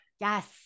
Yes